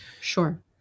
sure